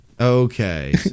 Okay